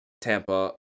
Tampa